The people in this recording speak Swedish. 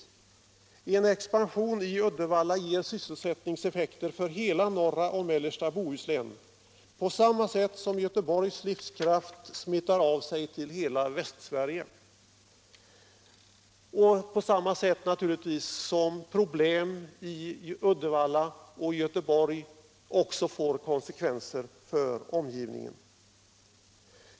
En expansion Allmänpolitisk debatt Allmänpolitisk debatt i Uddevalla ger sysselsättningseffekter för hela norra och mellersta Bohuslän, på samma sätt som Göteborgs livskraft smittar av sig på hela Västsverige. Men självfallet får även problemen i Uddevalla och Göteborg konsekvenser för omgivningen.